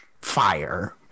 fire